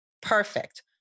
Perfect